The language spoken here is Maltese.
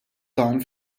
dan